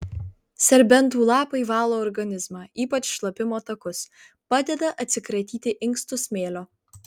serbentų lapai valo organizmą ypač šlapimo takus padeda atsikratyti inkstų smėlio